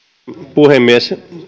puhemies